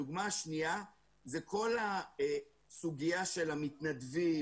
דוגמה שנייה זה כול הסוגיה של המתנדבים,